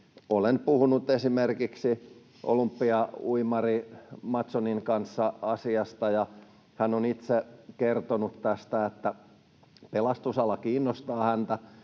Olen puhunut esimerkiksi olympiauimari Mattssonin kanssa asiasta, ja hän on itse kertonut tästä, että pelastusala kiinnostaa häntä